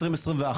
2021,